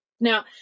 Now